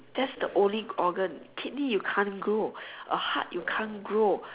that's the only organ kidney you can't grow a heart you can't grow